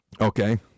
Okay